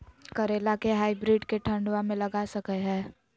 करेला के हाइब्रिड के ठंडवा मे लगा सकय हैय?